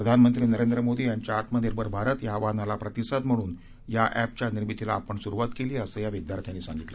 प्रधानमंत्री नरेंद्र मोदी यांच्या आत्मनिर्भर भारत या आवाहनाला प्रतिसाद म्हणून या अधिया निर्मितिला आपण सुरवात केली असं या विद्यार्थ्यांनी सांगितलं